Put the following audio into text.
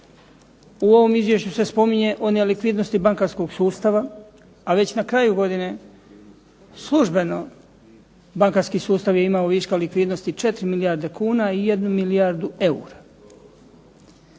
U ovom izvješću se spominje o nelikvidnosti bankarskog sustava a već na kraju godine službeno bankarski sustav je imao .../Govornik se ne razumije./... likvidnosti 4 milijarde kuna i 1 milijardu eura.